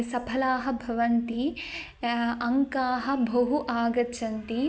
सफलाः भवन्ति अङ्काः बहु आगच्छन्ति